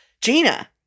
Gina